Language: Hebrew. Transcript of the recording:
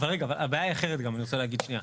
אבל הבעיה היא אחרת גם, אני רוצה להגיד שנייה.